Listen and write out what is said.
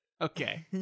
Okay